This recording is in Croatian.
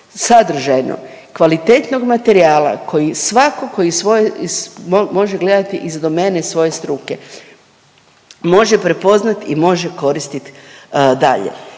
sadržajno kvalitetnog materijala koje svatko tko iz svoje, može gledati iz domene svoje struke, može prepoznati i može koristiti dalje.